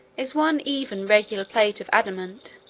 is one even regular plate of adamant,